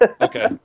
Okay